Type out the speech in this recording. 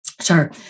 Sure